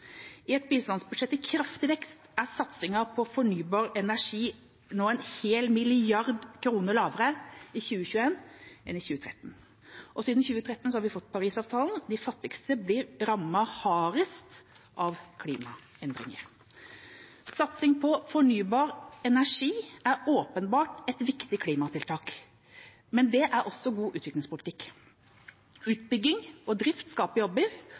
I et bistandsbudsjett i kraftig vekst er satsingen på fornybar energi nå en hel milliard kroner lavere i 2021 enn i 2013. Siden 2013 har vi fått Parisavtalen. De fattigste blir rammet hardest av klimaendringer. Satsing på fornybar energi er åpenbart et viktig klimatiltak, men det er også god utviklingspolitikk. Utbygging og drift skaper jobber,